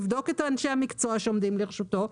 לבדוק את אנשי המקצוע שעומדים לרשותו.